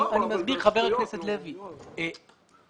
חבר הכנסת לוי, כבוד היושב ראש, אני מסביר.